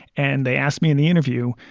and they asked me in the interview,